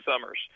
summers